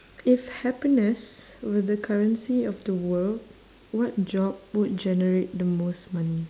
if happiness were the currency of the world what job would generate the most money